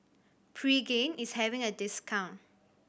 pregain is having a discount